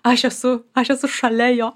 aš esu aš esu šalia jo